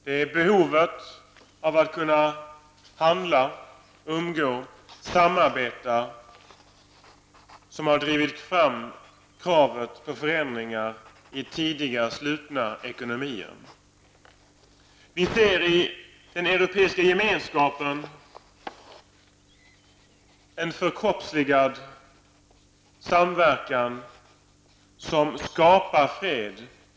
Det är behovet av att kunna handla, umgås och samarbeta som har drivit fram kravet på förändringar i tidigare slutna ekonomier. Vi ser i den europeiska gemenskapen en förkroppsligad samverkan som skapar fred.